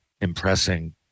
impressing